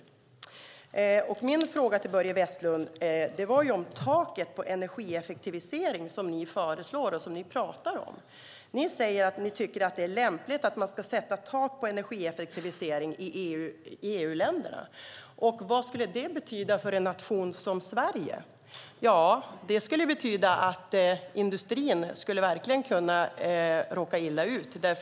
Jag ställde en fråga till Börje Vestlund om det tak på energieffektivisering som ni föreslår. Ni tycker att det är lämpligt att sätta tak på energieffektivisering i EU-länderna. Vad skulle det betyda för Sverige? Jo, att industrin kan råka illa ut.